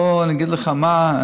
בוא אגיד לך מה,